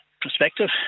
perspective